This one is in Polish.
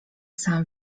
sam